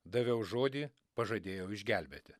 daviau žodį pažadėjau išgelbėti